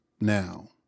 Now